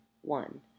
one